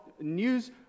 news